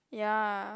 ya